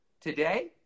Today